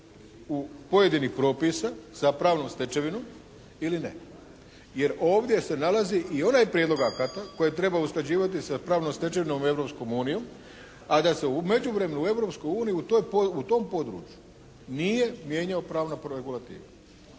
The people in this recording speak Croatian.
pojedinih propisa sa pravnom stečevinom ili ne. Jer ovdje se nalazi i onaj prijedlog akata koje treba usklađivati sa pravnom stečevinom Europskom unijom a da se u međuvremenu u Europsku uniju u tom području nije mijenjao pravna regulativa.